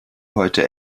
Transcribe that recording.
heute